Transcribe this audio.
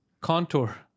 Contour